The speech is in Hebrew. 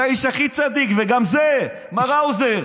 אתה האיש הכי צדיק, וגם זה, מר האוזר.